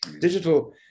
digital